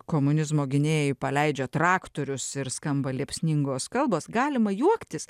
komunizmo gynėjai paleidžia traktorius ir skamba liepsningos kalbos galima juoktis